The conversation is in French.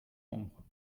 nombre